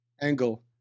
angle